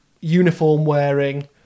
uniform-wearing